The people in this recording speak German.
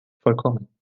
vollkommen